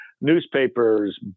newspapers